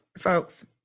folks